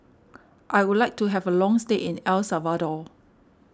I would like to have a long stay in El Salvador